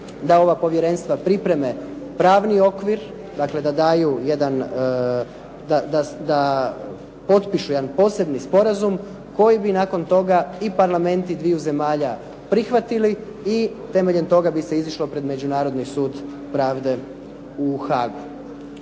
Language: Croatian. da ova povjerenstva pripreme pravni okvir, dakle da daju jedan, da potpišu jedan posebni sporazum koji bi nakon toga i parlamenti dviju zemalja prihvatili i temeljem toga bi se izišlo pred Međunarodni sud pravde u Haagu.